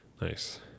Nice